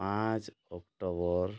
ପାଞ୍ଚ ଅକ୍ଟୋବର